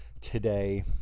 today